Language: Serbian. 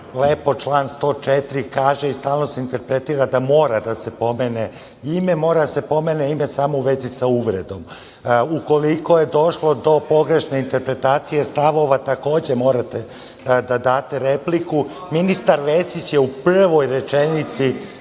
lepo član 104. kaže i stalno se interpretira da mora da se pomene ime, mora da se pomene ime samo u vezi sa uvredom, ukoliko je došlo do pogrešne interpretacije stavova takođe morate da date repliku. Ministar Vesić je u prvoj rečenici